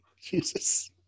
Jesus